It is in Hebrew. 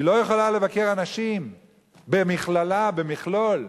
היא לא יכולה לבקר אנשים בהכללה, במכלול.